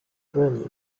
browning